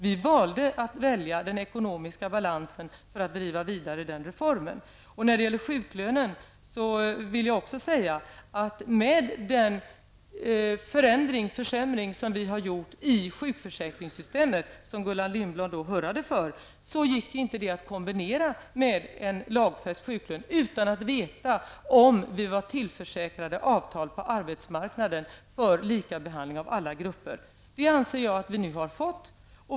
Vi valde att prioritera den ekonomiska balansen för att kunna driva vidare denna reform. När det gäller sjuklönen vill jag säga att den försämring som vi har gjort i sjukförsäkringssystemet och som Gullan Lindblad hurrade för gick det inte att kombinera med en lagfäst sjuklön utan att veta om vi var tillförsäkrade avtal på arbetsmarknaden för lika behandling av olika grupper. Det anser jag nu att vi har fått.